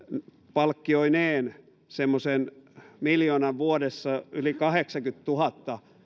palkkioineen semmoisen miljoonan vuodessa yli kahdeksankymmentätuhatta